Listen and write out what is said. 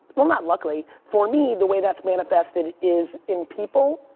well, not luckily. for me, the way that's manifested is in people,